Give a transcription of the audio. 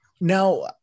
now